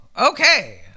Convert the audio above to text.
Okay